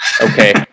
Okay